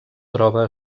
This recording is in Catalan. troba